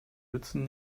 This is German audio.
nützen